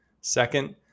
Second